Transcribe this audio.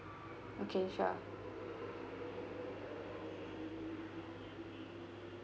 okay sure